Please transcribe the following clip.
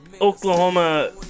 Oklahoma